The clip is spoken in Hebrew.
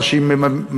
מה שהיא מפסידה,